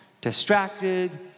distracted